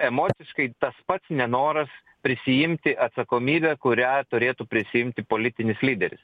emociškai tas pats nenoras prisiimti atsakomybę kurią turėtų prisiimti politinis lyderis